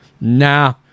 Nah